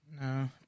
No